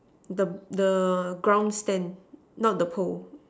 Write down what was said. the the ground stand not the pole